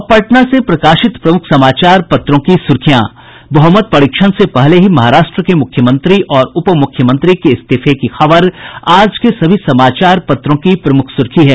अब पटना से प्रकाशित प्रमुख समाचार पत्रों की सुर्खियां बहुमत परीक्षण से पहले ही महाराष्ट्र के मुख्यमंत्री और उपमुख्यमंत्री के इस्तीफे की खबर आज के सभी समाचार पत्रों की प्रमुख सुर्खी है